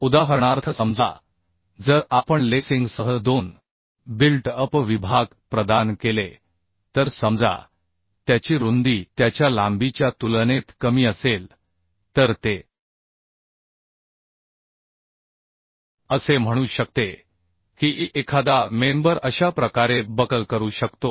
उदाहरणार्थ समजा जर आपण लेसिंगसह दोन बिल्ट अप विभाग प्रदान केले तर समजा त्याची रुंदी त्याच्या लांबीच्या तुलनेत कमी असेल तर ते असे म्हणू शकते की एखादा मेंबर अशा प्रकारे बकल करू शकतो